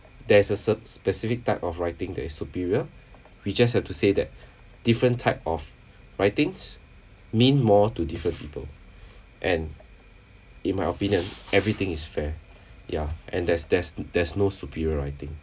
there is a cert~ specific type of writing that is superior we just have to say that different type of writings mean more to different people and in my opinion everything is fair ya and there's there's there's no superior writing